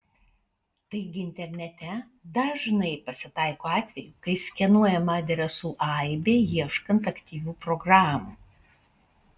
taigi internete dažnai pasitaiko atvejų kai skenuojama adresų aibė ieškant aktyvių programų